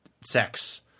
sex